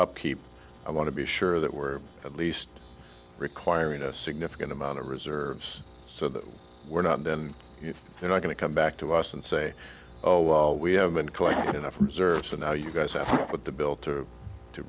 upkeep i want to be sure that we're at least requiring a significant amount of reserves so that we're not then they're not going to come back to us and say oh well we haven't collected enough reserves so now you guys have with the bill to to